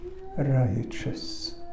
righteous